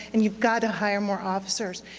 and you've got to hire more officers.